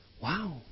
wow